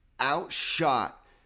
outshot